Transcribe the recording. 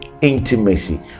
intimacy